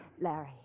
Larry